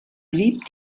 blieb